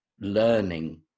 learning